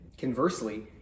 Conversely